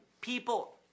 people